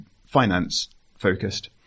finance-focused